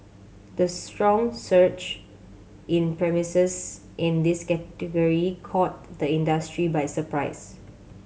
the strong surge in premises in this category caught the industry by surprise